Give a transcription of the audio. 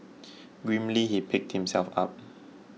grimly he picked himself up